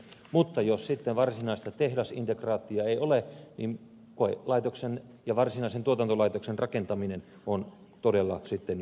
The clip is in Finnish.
mutta jos sitten varsinaista tehdasintegraattia ei ole niin koelaitoksen ja varsinaisen tuotantolaitoksen rakentaminen on todella jo vaikeaa